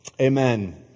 Amen